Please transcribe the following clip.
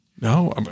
No